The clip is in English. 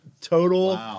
Total